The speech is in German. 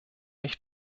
ich